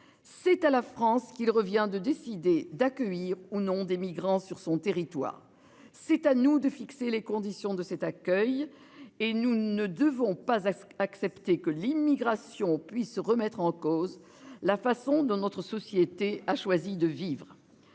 C'est à la France qu'il revient de décider d'accueillir ou non des migrants sur son territoire. C'est à nous de fixer les conditions de cet accueil et nous ne devons pas à accepter que l'immigration puisse remettre en cause la façon dont notre société a choisi de vivre.